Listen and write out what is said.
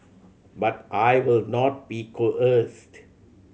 but I will not be coerced